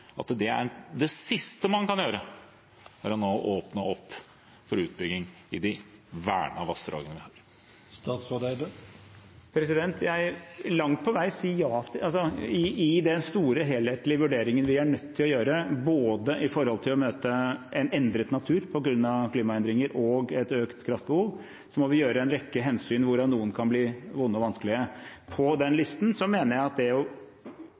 at det siste man kan gjøre, er nå å åpne opp for utbygging i de vernede vassdragene? Jeg vil langt på vei si ja. I den store, helhetlige vurderingen vi er nødt til å gjøre, når det gjelder å møte både en endret natur på grunn av klimaendringer og et økt kraftbehov, må vi ta en rekke hensyn, hvorav noen kan bli vonde og vanskelige. På den listen mener jeg at det